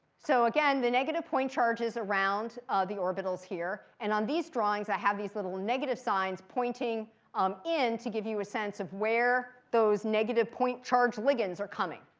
so, again, the negative point charges around the orbitals here. and on these drawings, i have these little negative signs pointing um in to give you a sense of where those negative point charge ligands are coming.